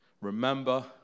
Remember